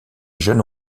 jeunes